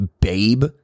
babe